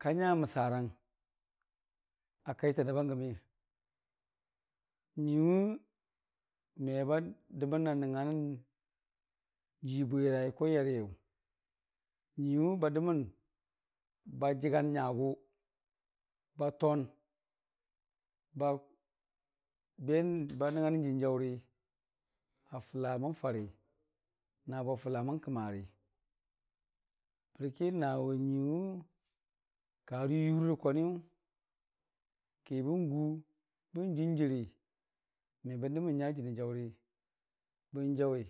ka nya məsərang akaita nəbangəmi, nyuiwʊmeba dəmən a nəngnga nən jiibwirai tən yəriyʊ nyuiiwʊba dəmənba jəgan nyagʊ ba ton ba ben- ba nəngnganən jənii jaʊri a fəla mənfari nabo fəla mən kəmari bərki nawʊ nyuiiwʊ karə yuurrə kwaniyʊ kibəngu bən jiinjiirii mebəndəmən nya jəniinjaʊri bin jaʊri.